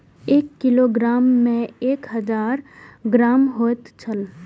एक किलोग्राम में एक हजार ग्राम होयत छला